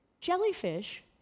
Jellyfish